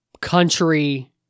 country